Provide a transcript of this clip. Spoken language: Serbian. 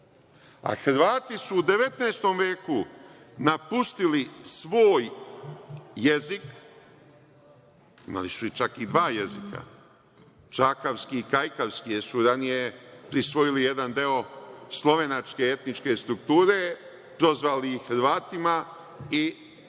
Hrvati su u 19. veku napustili svoj jezik, imali su čak dva jezika, čakavski i kajkavski, jer su ranije prisvojili jedan deo slovenačke etničke strukture, prozvali ih Hrvatima